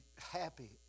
happy